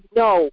no